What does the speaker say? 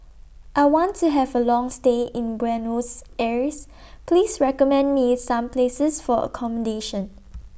I want to Have A Long stay in Buenos Aires Please recommend Me Some Places For accommodation